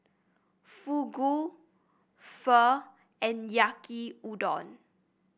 Fugu Pho and Yaki Udon